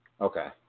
Okay